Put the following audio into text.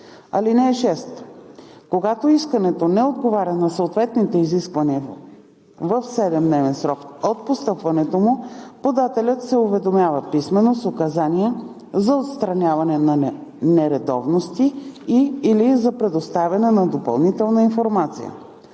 вписване. (6) Когато искането не отговаря на съответните изисквания, в 7-дневен срок от постъпването му подателят се уведомява писмено с указания за отстраняване на нередовности и/или за предоставяне на допълнителна информация.